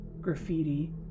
graffiti